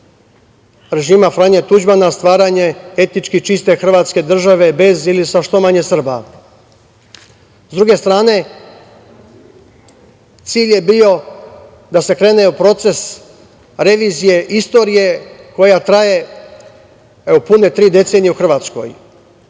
režima Franje Tuđmana, stvaranje etnički čiste Hrvatske države, bez ili sa što manje Srba.S druge strane, cilj je bio da se krene u proces revizije istorije koja traje pune tri decenije u Hrvatskoj.